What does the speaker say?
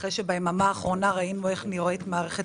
אחרי שביממה האחרונה ראינו איך נראית מערכת